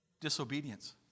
Disobedience